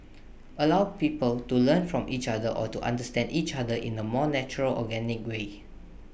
allow people to learn from each other or to understand each other in A more natural organic way